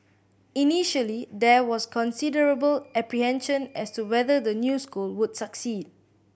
initially there was considerable apprehension as to whether the new school would succeed